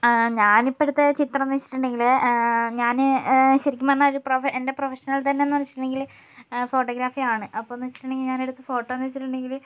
ഞാനിപ്പോൾ എടുത്ത ചിത്രം എന്ന് വെച്ചിട്ടുണ്ടെങ്കിൽ ഞാൻ ശരിക്കും പറഞ്ഞാൽ പ്രൊഫ എൻ്റെ പ്രൊഫഷണൽ തന്നെ വെച്ചിട്ടുണ്ടെങ്കിൽ ഫോട്ടോഗ്രാഫി ആണ് അപ്പം എന്ന് വെച്ചിട്ടുണ്ടെങ്കിൽ ഞാനെടുത്ത ഫോട്ടോ എന്ന് വെച്ചിട്ടുണ്ടെങ്കിൽ